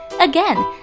Again